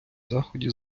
заході